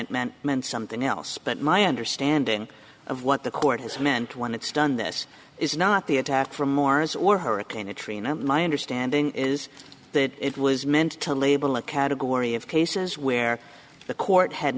it meant meant something else but my understanding of what the court has meant when it's done this is not the attack from mars or hurricane katrina my understanding is that it was meant to label a category of cases where the court had